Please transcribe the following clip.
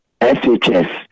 SHS